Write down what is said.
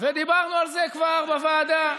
ודיברנו על זה כבר בוועדה.